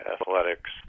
athletics